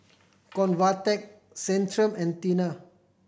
Convatec Centrum and Tena